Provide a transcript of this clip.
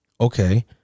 Okay